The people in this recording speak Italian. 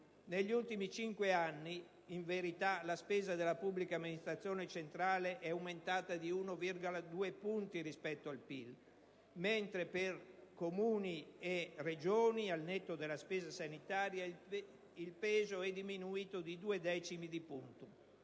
Negli ultimi cinque anni, in verità, la spesa della pubblica amministrazione centrale è aumentata di 1,2 punti rispetto al PIL, mentre per Comuni e Regioni al netto della spesa sanitaria il peso è diminuito di due decimi di punto.